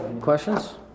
Questions